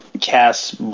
cast